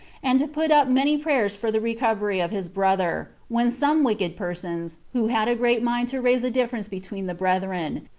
and to put up many prayers for the recovery of his brother, when some wicked persons, who had a great mind to raise a difference between the brethren,